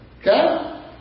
Okay